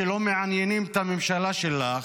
שלא מעניינים את הממשלה שלך.